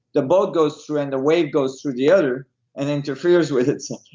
the boat goes through and the wave goes through the other and interferes with itself.